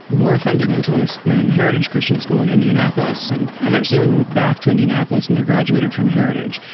more fundamentalist than heritage christian school in indianapolis. and eventually we moved back to indianapolis and i graduated from heritage.